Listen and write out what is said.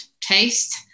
taste